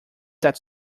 that